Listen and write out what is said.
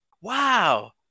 Wow